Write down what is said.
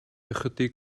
ychydig